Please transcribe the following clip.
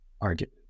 argument